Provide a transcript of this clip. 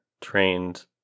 trained